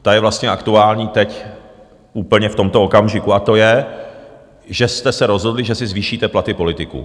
Ta je vlastně aktuální teď úplně v tomto okamžiku a to je, že jste se rozhodli, že si zvýšíte platy politiků.